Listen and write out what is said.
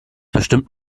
bestimmt